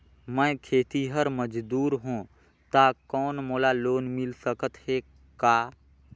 मैं खेतिहर मजदूर हों ता कौन मोला लोन मिल सकत हे का?